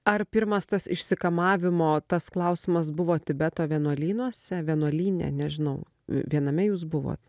ar pirmas tas išsikamavimo tas klausimas buvo tibeto vienuolynuose vienuolyne nežinau viename jūs buvot